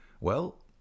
Well